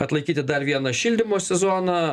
atlaikyti dar vieną šildymo sezoną